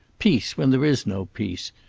peace, when there is no peace.